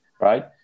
right